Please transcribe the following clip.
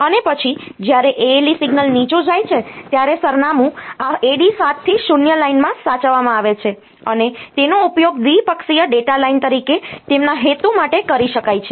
અને પછી જ્યારે ALE સિગ્નલ નીચું જાય છે ત્યારે સરનામું આ AD7 થી 0 લાઇનમાં સાચવવામાં આવે છે અને તેનો ઉપયોગ દ્વિપક્ષીય ડેટા લાઇન તરીકે તેમના હેતુ માટે કરી શકાય છે